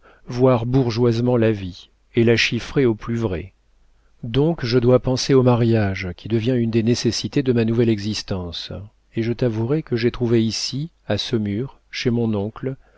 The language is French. voir bourgeoisement la vie et la chiffrer au plus vrai donc je dois penser au mariage qui devient une des nécessités de ma nouvelle existence et je t'avouerai que j'ai trouvé ici à saumur chez mon oncle